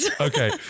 Okay